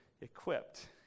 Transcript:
equipped